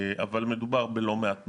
אבל מדובר בלא מעט מקרים.